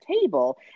table